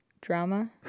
Drama